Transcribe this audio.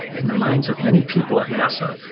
in the minds of many people at nasa,